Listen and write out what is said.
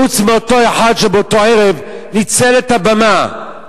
חוץ מאותו אחד שבאותו ערב ניצל את הבמה